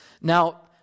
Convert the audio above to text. Now